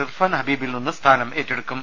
ഇർഫാൻ ഹബീബിൽ നിന്ന് സ്ഥാനം ഏറ്റെടുക്കും